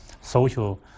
social